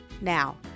Now